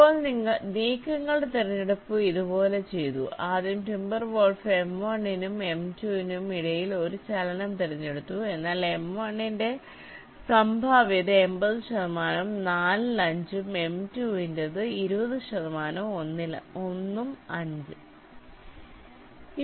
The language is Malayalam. ഇപ്പോൾ നീക്കങ്ങളുടെ തിരഞ്ഞെടുപ്പ് ഇതുപോലെ ചെയ്തു ആദ്യം ടിംബർവോൾഫ് M1 നും M2 നും ഇടയിൽ ഒരു ചലനം തിരഞ്ഞെടുത്തു എന്നാൽ M1 ന്റെ സംഭാവ്യത 80 ശതമാനവും 4 ൽ 5 ഉം M2 ന്റെ സാധ്യത 20 ശതമാനവും 1 ഉം 5